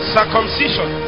Circumcision